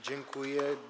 Dziękuję.